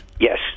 Yes